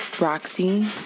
Roxy